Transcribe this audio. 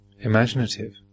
imaginative